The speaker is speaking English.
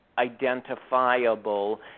identifiable